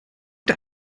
der